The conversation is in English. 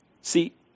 see